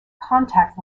contact